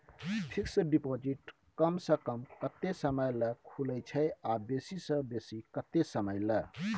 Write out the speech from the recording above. Fixed deposit कम स कम कत्ते समय ल खुले छै आ बेसी स बेसी केत्ते समय ल?